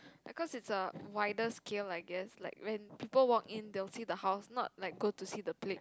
because is a wider scale I guess like when people walk in they will see the house not like go to see the plate